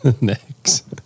next